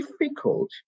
difficult